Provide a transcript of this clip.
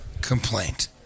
complaint